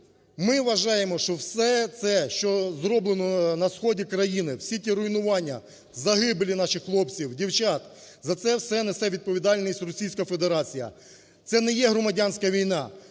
Ми вважаємо, що все це, що зроблено на сході країни, всі ті руйнування, загибелі наших хлопців, дівчат за це все несе відповідальність Російська Федерація. Це не є громадянська війна,